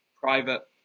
private